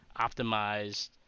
optimized